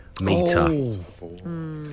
Meter